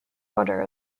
border